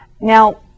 Now